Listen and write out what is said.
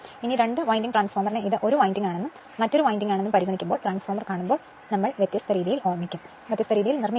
രണ്ട് വൈൻഡിങ് ട്രാൻസ്ഫോർമറിനെ ഇത് വൈൻഡിങ് ആണെന്നും ഇത് മറ്റൊരു വൈൻഡിങ് ആണെന്നും പരിഗണിക്കുമ്പോൾ ഓട്ടോട്രാൻസ്ഫോർമർ കാണുമ്പോൾ നമ്മൾ വ്യത്യസ്ത രീതിയിൽ നിർമ്മിക്കും